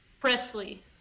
Presley